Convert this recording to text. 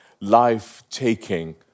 life-taking